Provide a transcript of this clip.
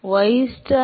ystar சமம் 0